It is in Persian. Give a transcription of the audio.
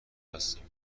هستیم